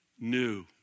new